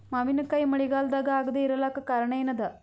ಮಾವಿನಕಾಯಿ ಮಳಿಗಾಲದಾಗ ಆಗದೆ ಇರಲಾಕ ಕಾರಣ ಏನದ?